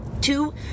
Two